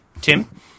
tim